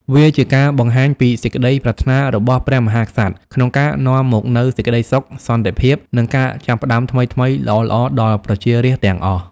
វាជាការបង្ហាញពីសេចក្តីប្រាថ្នារបស់ព្រះមហាក្សត្រក្នុងការនាំមកនូវសេចក្តីសុខ សន្តិភាព និងការចាប់ផ្តើមថ្មីៗល្អៗដល់ប្រជារាស្ត្រទាំងអស់។